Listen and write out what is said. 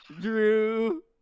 Drew